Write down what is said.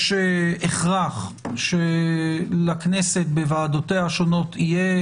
יש הכרח שלכנסת ולוועדותיה השונות יהיה